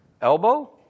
elbow